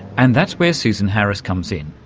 and that's where susan harris comes in.